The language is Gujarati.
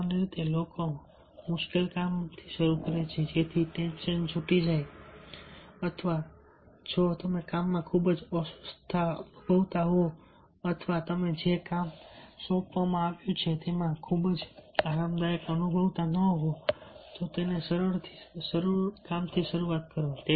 સામાન્ય રીતે લોકો મુશ્કેલ કામ થી શરૂ કરે છે જેથી ટેન્શન છૂટી જાય અથવા જો તમે કામમાં ખૂબ જ અસ્વસ્થતા અનુભવતા હો અથવા તમને જે કામ સોંપવામાં આવ્યું હોય તેમાં તમે ખૂબ જ આરામદાયક અનુભવતા ન હોવ તો સરળથી શરૂઆત કરો